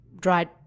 dried